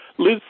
Liz